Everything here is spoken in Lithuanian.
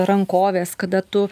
rankovės kada tu